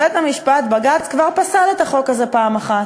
בית-המשפט, בג"ץ, כבר פסל את החוק הזה פעם אחת,